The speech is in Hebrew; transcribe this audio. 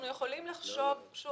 אנחנו יכולים לחשוב על